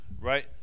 right